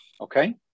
okay